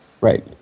Right